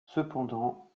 cependant